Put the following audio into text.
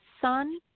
son